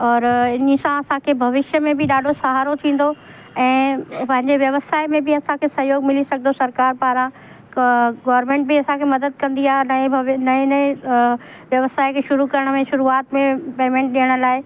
और इन सां असांखे भविष्य में बि ॾाढो सहारो थींदो ऐं पंहिंजे व्यवसाय में बि असांखे सहियोग मिली सघिदो सरकार पारां क गोर्मेंट बि असांखे मदद कंदी आहे नए बव नए नए व्यवसाय खे शुरू करण में शुरूआत में पेमेंट ॾियण लाइ